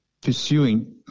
pursuing